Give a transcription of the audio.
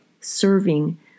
serving